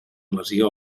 lesió